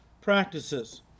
practices